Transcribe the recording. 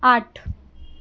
आठ